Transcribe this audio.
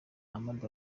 hamad